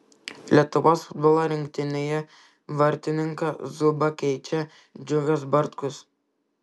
lietuvos futbolo rinktinėje vartininką zubą keičia džiugas bartkus